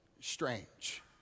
strange